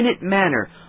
manner